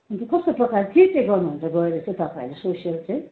अन्त कस्तो प्रकारको के चाहिँ गर्नु हुन्छ गएर चाहिँ तपाईँहरूले सोसियल चाहिँ